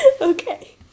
Okay